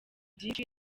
byinshi